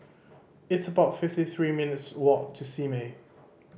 it's about fifty three minutes' walk to Simei